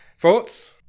Thoughts